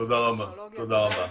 תודה רבה.